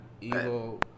evil